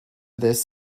this